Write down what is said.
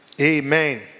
Amen